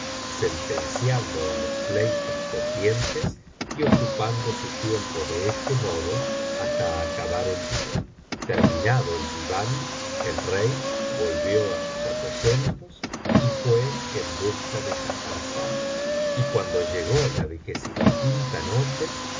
sentenciando en los pleitos pendientes y ocupando su tiempo de este modo hasta acabar el día terminado el diván el rey volvió á sus aposentos y fué en busca de schahrazada y cuando llegó la noche